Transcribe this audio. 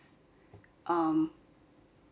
um